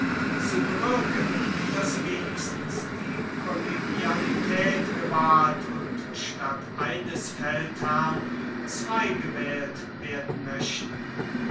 zu bewirken daß wenigstens die kollegialität gewahrt und statt eines feldherrn zwei gewählt werden möchten